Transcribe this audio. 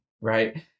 right